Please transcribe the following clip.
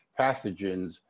pathogens